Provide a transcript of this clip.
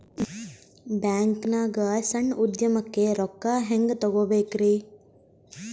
ಬ್ಯಾಂಕ್ನಾಗ ಸಣ್ಣ ಉದ್ಯಮಕ್ಕೆ ರೊಕ್ಕ ಹೆಂಗೆ ತಗೋಬೇಕ್ರಿ?